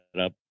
up